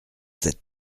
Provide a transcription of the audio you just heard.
cette